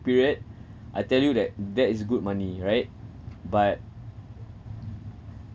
period I tell you that that is good money right but